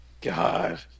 God